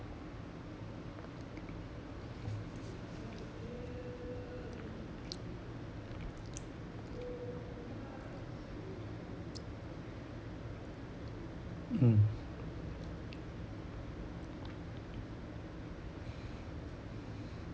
mm